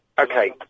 Okay